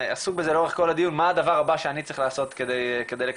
עסוק בזה לאורך כל הדיון מה הדבר הבא שאני צריך לעשות כדי לקדם?